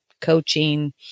coaching